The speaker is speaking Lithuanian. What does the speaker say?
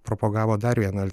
propagavo dar vieną